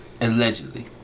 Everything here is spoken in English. allegedly